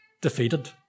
defeated